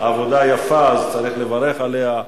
עבודה יפה, אז צריך לברך עליה.